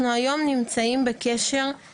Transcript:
אנחנו פרוסים בכל בתי החולים בארץ, כולל במחלקות